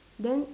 then